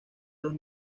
los